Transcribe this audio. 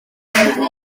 rhydd